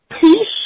Peace